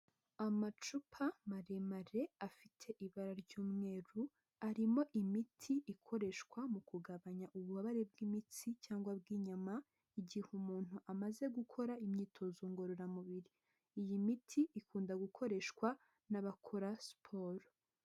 Amacupa maremare afite ibara ry'umweru, arimo imiti ikoreshwa mu kugabanya ububabare bw'imitsi cyangwa bw'inyama igihe umuntu amaze gukora imyitozo ngororamubiri. Iyi miti ikunda gukoreshwa n'abakora siporo.